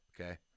Okay